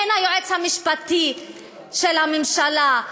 אין היועץ המשפטי של הממשלה.